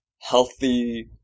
healthy